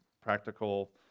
practical